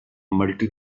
multi